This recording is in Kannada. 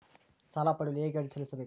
ಸಾಲ ಪಡೆಯಲು ಹೇಗೆ ಅರ್ಜಿ ಸಲ್ಲಿಸಬೇಕು?